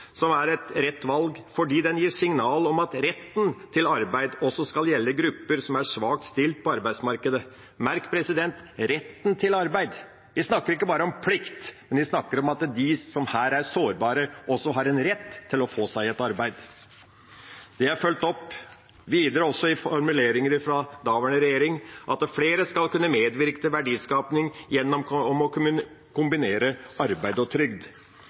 i hovudsak eit rett val, fordi ho gir signal om at retten til arbeid også skal gjelde grupper som er svakt stilte på arbeidsmarknaden.» Merk «retten til arbeid»: Vi snakker ikke bare om plikt, men om at de som her er sårbare, også har en rett til å få seg et arbeid. Det er fulgt opp videre i formuleringer fra daværende regjering at «fleire skal kunne medverke til verdiskapinga gjennom å kunne kombinere arbeid og trygd».